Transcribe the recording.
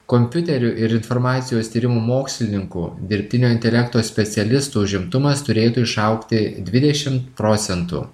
kompiuterių ir informacijos tyrimų mokslininkų dirbtinio intelekto specialistų užimtumas turėtų išaugti dvidešim procentų